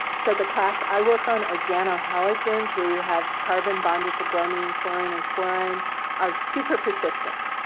so the class i work on, organohalogens where you have carbon bonded to bromine, chlorine, and fluorine are super persistent,